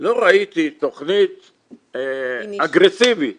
לא ראיתי תכנית אגרסיבית